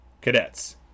Cadets